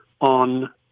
on